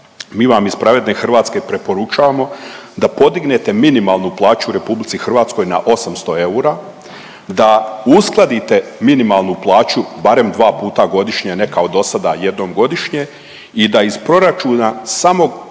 mi vam iz Pravedne Hrvatske preporučavamo da podignete minimalnu plaću u RH na 800 eura, da uskladite minimalnu plaću barem 2 puta godišnje, a ne kao dosada jednom godišnje i da iz proračuna samo